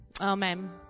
amen